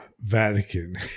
Vatican